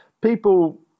people